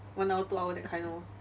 one hour two hour that kind orh